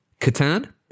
Catan